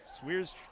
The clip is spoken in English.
Swears